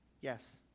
Yes